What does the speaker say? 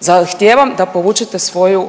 Zahtijevam da povučete svoju